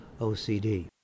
OCD